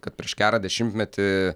kad prieš gerą dešimtmetį